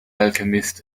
alchemist